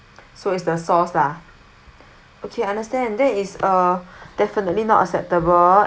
so it's the sauce lah okay I understand there is a definitely not acceptable